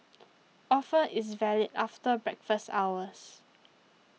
offer is valid after breakfast hours